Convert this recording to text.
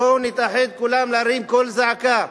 בואו נתאחד כולם להרים קול זעקה.